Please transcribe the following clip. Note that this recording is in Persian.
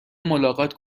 ملاقات